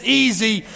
easy